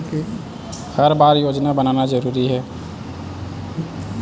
हर बार योजना बनाना जरूरी है?